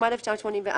התשמ"ד 1984‏,